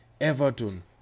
everton